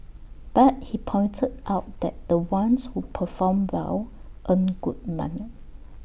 but he pointed out that the ones who perform well earn good money